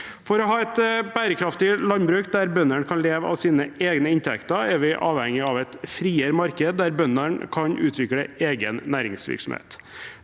For å ha et bærekraftig landbruk der bøndene kan leve av sine egne inntekter, er vi avhengig av et friere marked der bøndene kan utvikle egen næringsvirksomhet.